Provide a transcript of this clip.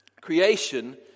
creation